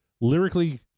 Lyrically